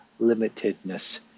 limitedness